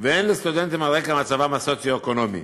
והן לסטודנטים על רקע מצבם הסוציו-אקונומי,